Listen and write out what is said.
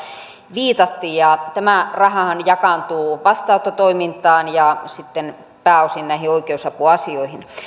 viitattiin ja tämä rahahan jakaantuu vastaanottotoimintaan ja sitten pääosin näihin oikeusapuasioihin